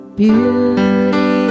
beauty